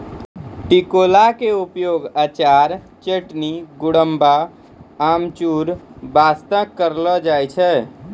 टिकोला के उपयोग अचार, चटनी, गुड़म्बा, अमचूर बास्तॅ करलो जाय छै